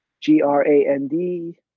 G-R-A-N-D